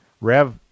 Rev